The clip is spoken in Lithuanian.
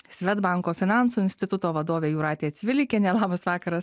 svedbanko finansų instituto vadovė jūratė cvilikienė labas vakaras